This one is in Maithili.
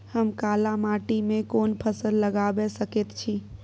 हम काला माटी में कोन फसल लगाबै सकेत छी?